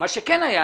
מה שכן היה,